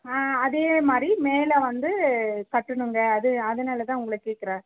அதேமாதிரி மேலே வந்து கட்டணுங்க அது அதனால தான் உங்களை கேட்குறன்